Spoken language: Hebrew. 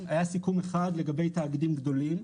היה סיכום אחד לגבי תאגידים גדולים,